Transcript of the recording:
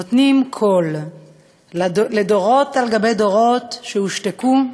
נותנים קול לדורות על גבי דורות שהושתקו,